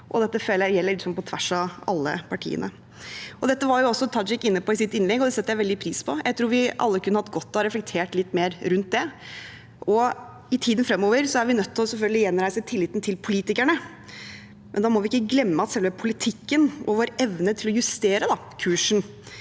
jeg gjelder på tvers av alle partiene. Dette var også Tajik inne på i sitt innlegg, og det setter jeg veldig pris på. Jeg tror vi alle kunne hatt godt av å reflektere litt mer rundt det, og i tiden framover er vi selvfølgelig nødt til å gjenreise tilliten til politikerne. Da må vi ikke glemme at selve politikken og vår evne til å justere kursen